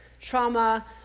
trauma